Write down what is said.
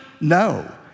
No